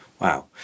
Wow